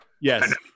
Yes